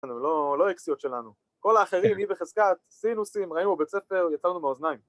לא אקסיות שלנו, כל האחרים היא בחזקת, סינוסים, ראינו בבית ספר, יצרנו מאוזניים